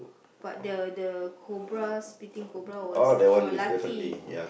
but the the cobra spitting cobra was oh lucky